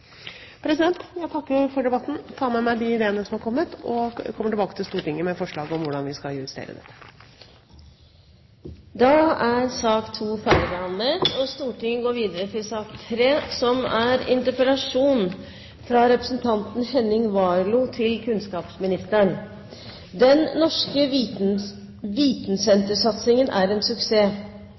Jeg takker for debatten og tar med meg de ideene som er kommet, og kommer tilbake til Stortinget med forslag om hvordan vi skal justere dette. Da er sak nr. 2 ferdigbehandlet. Den norske vitensentersatsingen er noe så spesielt som